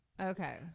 okay